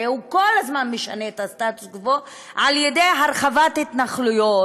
הרי הוא כל הזמן משנה את הסטטוס-קוו על ידי הרחבת התנחלויות